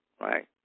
right